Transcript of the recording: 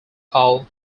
called